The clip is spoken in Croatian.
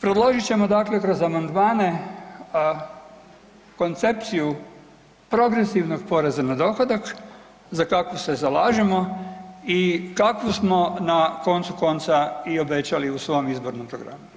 predložit ćemo kroz amandmane koncepciju progresivnog poreza na dohodak za kakvu se zalažemo i kakvu smo na koncu konca i obećali u svom izbornom programu.